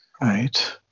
right